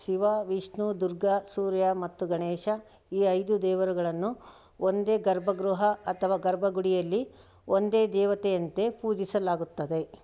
ಶಿವ ವಿಷ್ಣು ದುರ್ಗಾ ಸೂರ್ಯ ಮತ್ತು ಗಣೇಶ ಈ ಐದು ದೇವರುಗಳನ್ನು ಒಂದೇ ಗರ್ಭಗೃಹ ಅಥವಾ ಗರ್ಭಗುಡಿಯಲ್ಲಿ ಒಂದೇ ದೇವತೆಯಂತೆ ಪೂಜಿಸಲಾಗುತ್ತದೆ